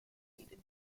needed